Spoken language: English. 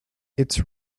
its